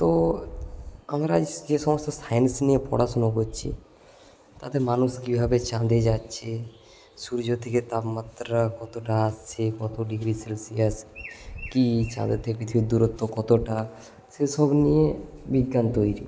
তো আমরা যে সমস্ত সায়েন্স নিয়ে পড়াশুনো করছি তাতে মানুষ কীভাবে চাঁদে যাচ্ছে সূর্য থেকে তাপমাত্রা কতটা আসছে কত ডিগ্রি সেলসিয়াস কী চাঁদের থেকে পৃথিবীর দূরত্ব কতটা সেসব নিয়ে বিজ্ঞান তৈরি